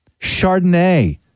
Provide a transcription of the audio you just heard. Chardonnay